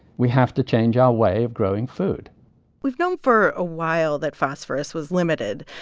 we have to change our way of growing food we've known for a while that phosphorus was limited.